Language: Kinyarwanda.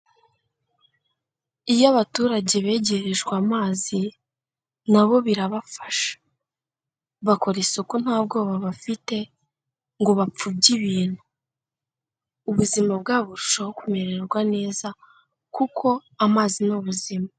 iyo abaturage begerejwe amazi nabo birabafasha bakora isuku nta bwoba bafite ngo bapfubye ibintu ubuzima bwabo burushaho kumererwa neza kuko amazi ni ubuzima.